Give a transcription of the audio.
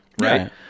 right